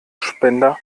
spender